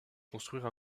construire